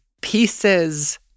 pieces